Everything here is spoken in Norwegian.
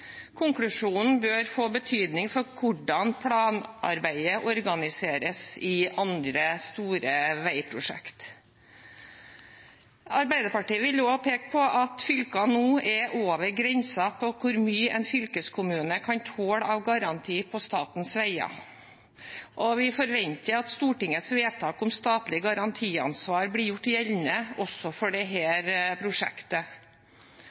Konklusjonen bør få betydning for hvordan planarbeidet organiseres i andre store veiprosjekter. Arbeiderpartiet vil også peke på at fylkene nå er over grensen for hvor mye en fylkeskommune kan tåle av garantier på statens veier, og vi forventer at Stortingets vedtak om statlig garantiansvar blir gjort gjeldende også for